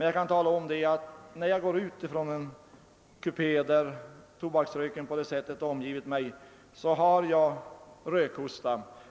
Jag kan emellertid tala om att när jag går ut från en kupé där tobaksröken på det sättet omgivit mig har jag rökhosta.